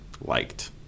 liked